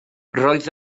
roedd